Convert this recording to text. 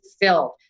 filled